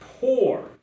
poor